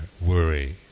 Worry